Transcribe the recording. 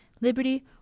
liberty